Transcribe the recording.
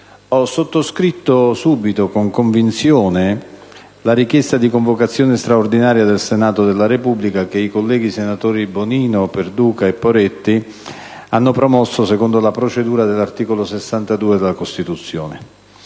ho sottoscritto subito e con convinzione la richiesta di convocazione straordinaria del Senato della Repubblica che i colleghi senatori Bonino, Perduca e Poretti hanno promosso secondo la procedura dell'articolo 62 della Costituzione.